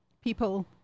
people